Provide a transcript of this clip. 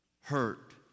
hurt